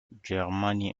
germany